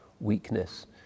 weakness